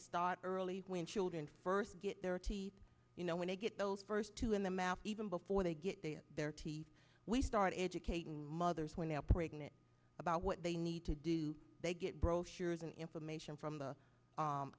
start early when children first get there you know when they get those first two in the mouth even before they get their teeth we start educating mothers when they're pregnant about what they need to do they get brochures and information from the